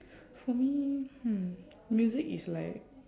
for me hmm music is like